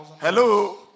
Hello